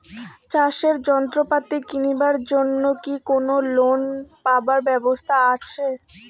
চাষের যন্ত্রপাতি কিনিবার জন্য কি কোনো লোন পাবার ব্যবস্থা আসে?